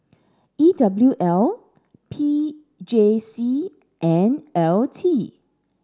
E W L P J C and L T